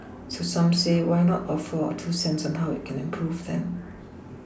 so some say why not offer our two cents on how it can improve then